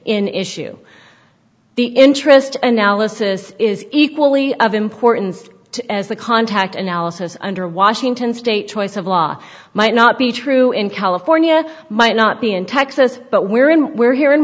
in issue the interest analysis is equally of importance as the contact analysis under washington state choice of law might not be true in california might not be in texas but we're in we're here in